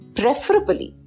preferably